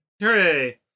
Hooray